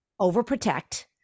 overprotect